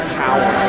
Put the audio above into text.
power